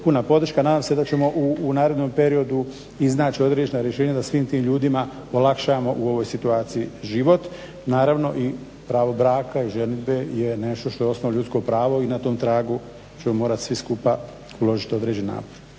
puna podrška. Nadam se da ćemo u narednom periodu iznaći određena rješenja da svim tim ljudima olakšamo u ovoj situaciji život. Naravno i pravo braka i ženidbe je nešto što je osnovno ljudsko pravo i na tom tragu ćemo morati svi skupa uložiti određena.